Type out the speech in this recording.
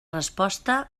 resposta